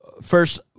first